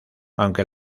aunque